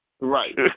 Right